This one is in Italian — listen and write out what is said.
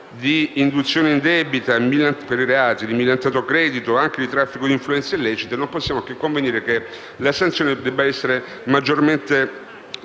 induzione indebita, millantato credito e traffico di influenze illecite, e non possiamo che convenire che la sanzione debba essere maggiormente